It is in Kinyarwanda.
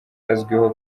azwiho